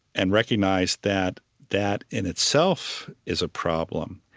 and recognize that that in itself is a problem.